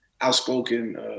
outspoken